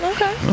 Okay